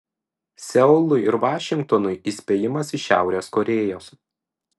seului ir vašingtonui įspėjimas iš šiaurės korėjos